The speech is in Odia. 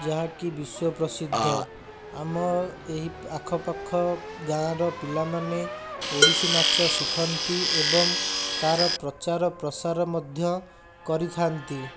ଯାହାକି ବିଶ୍ୱ ପ୍ରସିଦ୍ଧ ଆମ ଏହି ଆଖପାଖ ଗାଁ'ର ପିଲାମାନେ ଓଡ଼ିଶୀ ନାଚ ଶିଖନ୍ତି ଏବଂ ତା'ର ପ୍ରଚାର ପ୍ରସାର ମଧ୍ୟ କରିଥାନ୍ତି